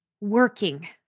working